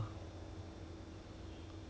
beer is not good for health ah is it